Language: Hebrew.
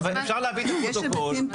אפשר להביא את הפרוטוקול.